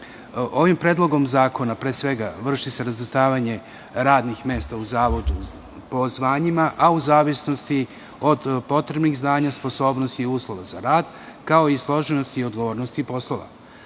njemu. Predlogom zakona se vrši razvrstavanje radnih mesta u Zavodu po zvanjima, a u zavisnosti od potrebnih znanja, sposobnosti i uslova za rad, kao i složenosti i odgovornosti poslova.